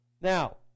Now